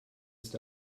ist